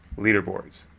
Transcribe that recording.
leaderboards